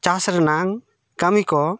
ᱪᱟᱥ ᱨᱮᱱᱟᱝ ᱠᱟᱹᱢᱤ ᱠᱚ